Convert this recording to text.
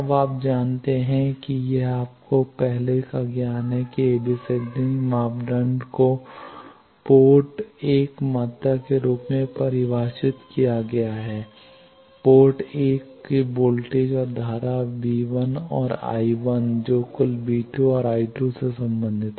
अब आप जानते हैं कि यह आपका पहले का ज्ञान है कि ABCD मापदंड को पोर्ट 1 मात्रा के रूप में परिभाषित किया गया है पोर्ट 1 के वोल्टेज और धारा V 1 और I1 कुल जो V 2 और I2 से संबंधित है